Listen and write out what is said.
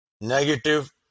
negative